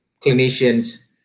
clinicians